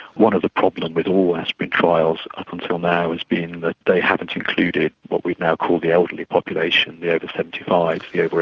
one of the problem with all aspirin trials up until now has been that they haven't included what we now call the elderly population, the over seventy five, the over